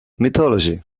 mythology